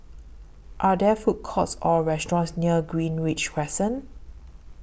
Are There Food Courts Or restaurants near Greenridge Crescent